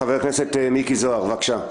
חבר הכנסת מיקי זוהר, בבקשה.